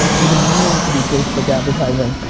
we've been meaning to do facebook advertising.